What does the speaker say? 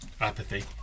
Apathy